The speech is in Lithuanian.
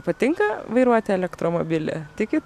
patinka vairuoti elektromobilį tikit